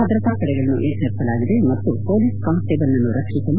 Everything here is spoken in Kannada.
ಭದ್ರತಾ ಪಡೆಗಳನ್ನು ಎಚ್ಚರಿಸಲಾಗಿದೆ ಮತ್ತು ಪೊಲೀಸ್ ಕಾನ್ಸ್ ಟೀಬಲ್ ನನ್ನು ರಕ್ಷಿಸಲು